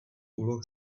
úloh